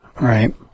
Right